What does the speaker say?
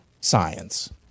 science